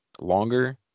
longer